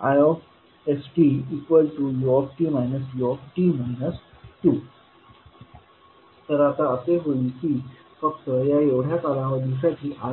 ist ut u तर आता असे होईल की फक्त या एवढ्या कालावधीसाठी Is हा